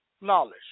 knowledge